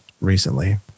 recently